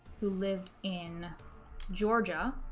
who lived in georgia